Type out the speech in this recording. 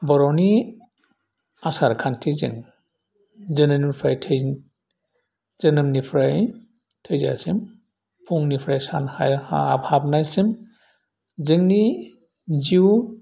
बर'नि आसारखान्थिजों जोनोमनिफ्राय थै जोनोमनिफ्राय थैजासिम फुंनिफ्राय सान हाया हाब हाबनायसिम जोंनि जिउ